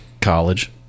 college